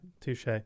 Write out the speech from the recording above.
touche